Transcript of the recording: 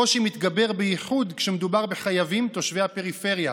הקושי מתגבר בייחוד כשמדובר בחייבים תושבי הפריפריה